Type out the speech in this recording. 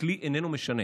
הכלי איננו משנה.